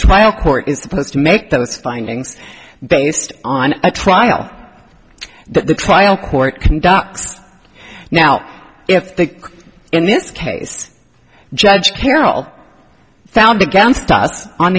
trial court is supposed to make those findings based on a trial that the trial court conducts now if they in this case judge carroll found against us on